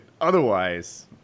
otherwise